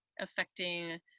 affecting